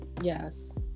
Yes